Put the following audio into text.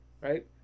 right